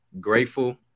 grateful